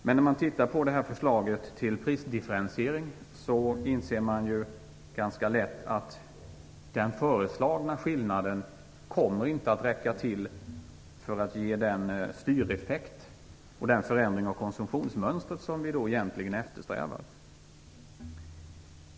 Om man tittar på förslaget till prisdifferentiering inser man ganska lätt att den föreslagna skillnaden inte kommer att räcka till för att ge den styreffekt och den förändring av konsumtionsmönstret vi eftersträvar.